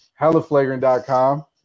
hellaflagrant.com